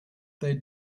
they